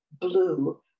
blue